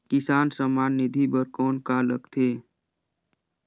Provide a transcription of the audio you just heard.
किसान सम्मान निधि बर कौन का लगथे?